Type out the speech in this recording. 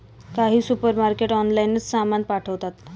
काही सुपरमार्केट ऑनलाइनच सामान पाठवतात